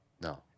No